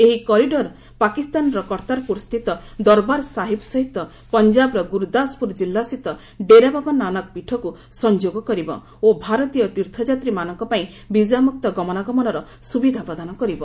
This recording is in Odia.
ଏହି କରିଡର୍ ପାକିସ୍ତାନର କର୍ତ୍ତାରପୁରସ୍ଥିତ ଦରବାର୍ ସାହିବ ସହିତ ପଞ୍ଜାବର ଗୁରୁଦାସପୁର ଜିଲ୍ଲାସ୍ଥିତ ଡେରାବାବା ନାନକ ପୀଠକୁ ସଂଯୋଗ କରିବ ଓ ଭାରତୀୟ ତୀର୍ଥଯାତ୍ରୀମାନଙ୍କ ପାଇଁ ବିଜାମୁକ୍ତ ଗମନାଗମନର ସୁବିଧା ପ୍ରଦାନ କରିବ